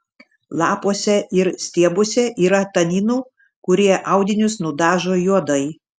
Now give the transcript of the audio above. lapuose ir stiebuose yra taninų kurie audinius nudažo juodai